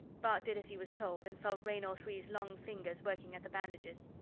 bart did as he was told and felt raynor three's long fingers working at the bandages.